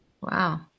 wow